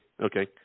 okay